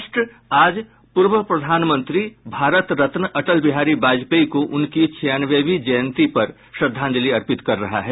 राष्ट्र आज पूर्व प्रधानमंत्री और भारत रत्न अटल बिहारी वाजपेयी को उनकी छियानवीं जयंती पर श्रद्धांजलि अर्पित कर रहा है